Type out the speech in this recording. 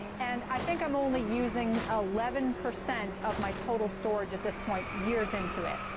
and i think i'm only using eleven percent of my total storage at this point, years into it.